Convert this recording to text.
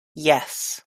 yes